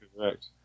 Correct